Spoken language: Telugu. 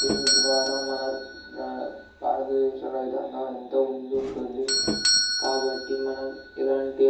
దీని ద్వారా మన భారతదేశ రైతాంగం ఎంతో ముందు ఉంటుంది కాబట్టి మనం ఇలాంటి